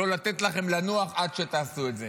לא לתת לכם לנוח עד שתעשו את זה.